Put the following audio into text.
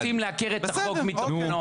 הם רוצים לרוקן את החוק מתוכנו.